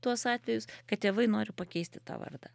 tuos atvejus kad tėvai nori pakeisti tą vardą